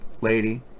lady